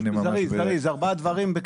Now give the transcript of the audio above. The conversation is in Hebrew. ארבעה דברים.